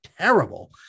terrible